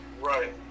Right